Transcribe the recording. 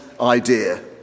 idea